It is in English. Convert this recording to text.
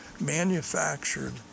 manufactured